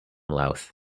louth